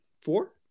Four